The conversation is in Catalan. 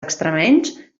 extremenys